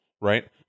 right